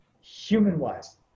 human-wise